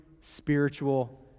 spiritual